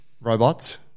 robots